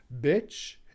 bitch